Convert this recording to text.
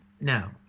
No